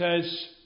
says